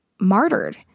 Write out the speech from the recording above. martyred